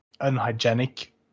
unhygienic